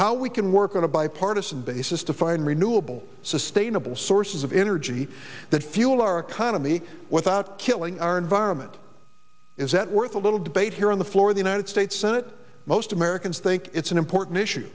how we can work on a bipartisan basis to find renewable source stain a bill sources of energy that fuel our economy without killing our environment is that worth a little debate here on the floor of the united states senate most americans think it's an important issue